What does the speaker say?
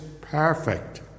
perfect